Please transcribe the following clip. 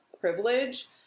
privilege